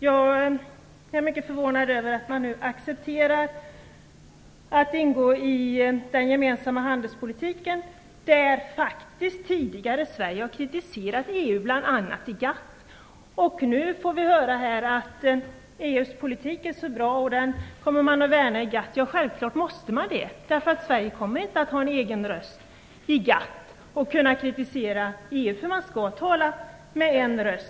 Jag är mycket förvånad över att man nu accepterar att ingå i den gemensamma handelspolitiken där Sverige faktiskt tidigare har kritiserat EU, bl.a. i GATT. Nu får vi höra här att EU:s politik är så bra och att man kommer att värna om den i GATT. Ja, det måste man självfallet göra. Sverige kommer inte att ha en egen röst i GATT och kunna kritisera EU, eftersom man skall tala med en röst.